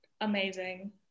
amazing